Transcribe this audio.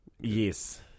Yes